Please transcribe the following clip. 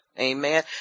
Amen